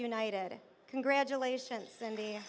united congratulations andy